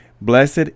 Blessed